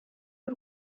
y’u